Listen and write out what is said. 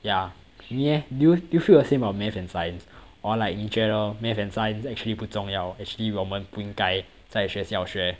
ya 你 eh do you do you feel the same about math and science or like 你觉得 math and science actually 不重要 actually 我们不应该在学校学